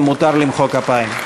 מותר למחוא כפיים.